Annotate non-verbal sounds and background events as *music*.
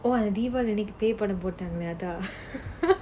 oh அது:athu deepavali க்கு பேய் படம் போட்டாங்கல அதா:kku pei padam pottaanggala atha *laughs*